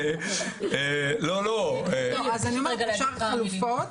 אומרת, אפשר חלופות,